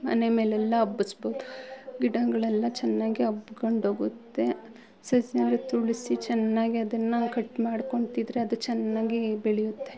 ಮನೆ ಮೇಲೆಲ್ಲ ಹಬ್ಬಿಸ್ಬೌದು ಗಿಡಗಳೆಲ್ಲ ಚೆನ್ನಾಗಿ ಹಬ್ಕೊಂಡೋಗುತ್ತೆ ಸಸ್ಯಗಳು ತುಳಸಿ ಚೆನ್ನಾಗಿ ಅದನ್ನು ಕಟ್ ಮಾಡ್ಕೊತಿದ್ರೆ ಅದು ಚೆನ್ನಾಗಿ ಬೆಳೆಯುತ್ತೆ